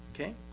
Okay